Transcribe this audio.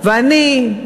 ואני,